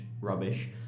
rubbish